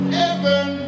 heaven